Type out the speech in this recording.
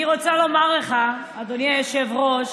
אני רוצה לומר לך, אדוני היושב-ראש,